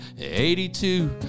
82